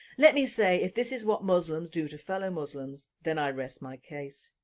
let me say if this is what muslims do to fellow muslims then i rest my case.